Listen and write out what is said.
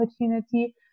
opportunity